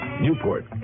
Newport